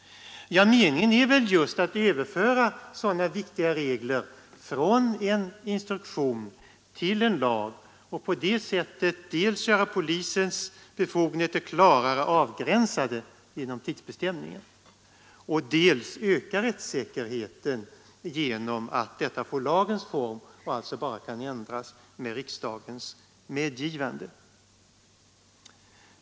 Ja, meningen är väl just att överföra sådana viktiga regler från en instruktion till en lag och på det sättet dels göra polisens befogenheter klarare avgränsade genom tidsbestämningen, dels öka rättssäkerheten genom att dessa regler får lagens form och alltså bara kan ändras med riksdagens medgivande.